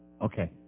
Okay